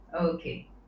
Okay